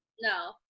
No